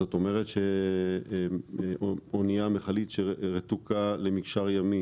זאת אומרת שאנייה או מכלית שרתוקות למקשר ימי